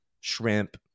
shrimp